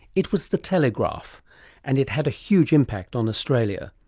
it was the telegraph and it had a huge impact on australia.